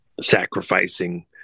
sacrificing